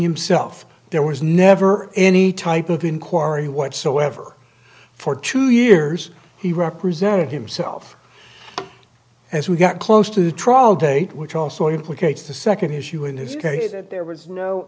himself there was never any type of inquiry whatsoever for two years he represented himself as we got close to the trial date which also implicates the second issue in his case that there was no